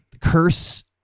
curse